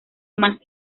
más